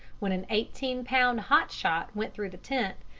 when an eighteen-pound hot shot went through the tent,